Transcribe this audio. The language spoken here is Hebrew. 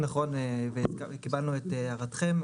נכון וקיבלנו את הערתכם.